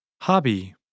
hobby